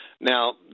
Now